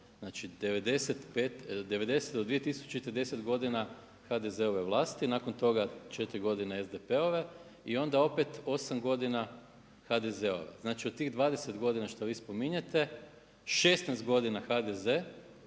znači 1990. do 2010. 10 godina HDZ-ove vlasti, nakon toga 4 godine SDP-ove i onda opet 8 godina HDZ-ova. Znači od tih 20 godina što vi spominjete 16 godina HDZ